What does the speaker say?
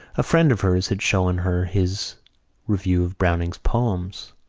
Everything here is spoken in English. a friend of hers had shown her his review of browning's poems.